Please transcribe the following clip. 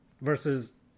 versus